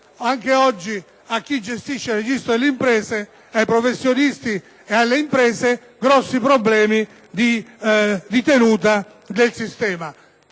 anche oggi, a chi gestisce il registro delle imprese, ai professionisti e alle imprese stesse, grossi problemi di tenuta del sistema.